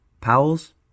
Powell's